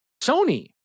Sony